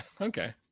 okay